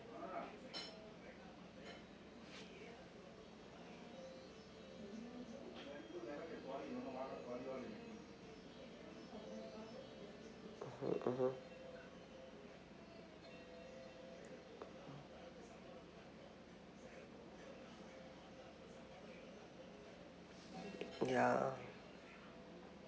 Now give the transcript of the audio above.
mmhmm mmhmm ya